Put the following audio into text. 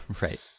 Right